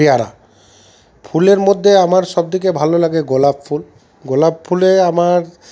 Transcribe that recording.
পেয়ারা ফুলের মধ্যে আমার সব থেকে ভালো লাগে গোলাপ ফুল গোলাপ ফুলে আমার